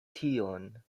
tion